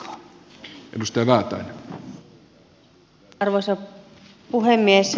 arvoisa puhemies